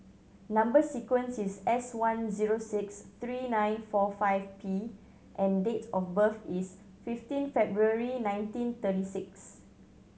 number sequence is S one zero six three nine four five P and date of birth is fifteen February nineteen thirty six